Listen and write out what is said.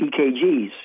EKGs